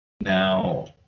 Now